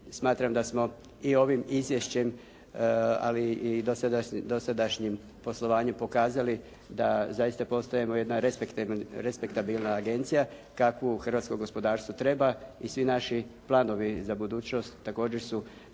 smatram da smo i ovim izvješćem, ali i dosadašnjim poslovanjem pokazali da zaista postajemo jedna respektabilna agencija kakvu hrvatsko gospodarstvo treba i svi naši planovi za budućnost također su